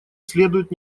следует